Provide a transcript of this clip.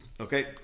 Okay